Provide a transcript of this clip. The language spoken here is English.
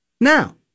Now